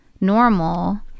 normal